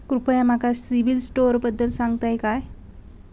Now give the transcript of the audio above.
कृपया माका सिबिल स्कोअरबद्दल सांगताल का?